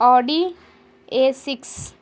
Audi a six